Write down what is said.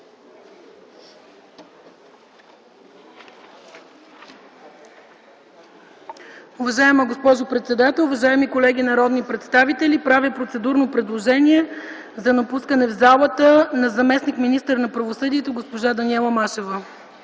Уважаема госпожо председател, уважаеми колеги народни представители! Правя процедурно предложение за допускане в залата на заместник-министъра на правосъдието госпожа Даниела Машева.